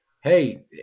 hey